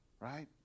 right